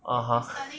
(uh huh)